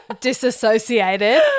disassociated